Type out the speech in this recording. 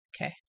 Okay